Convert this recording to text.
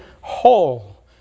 whole